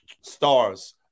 Stars